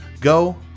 Go